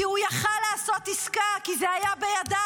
כי הוא היה יכול לעשות עסקה, כי זה היה בידיו.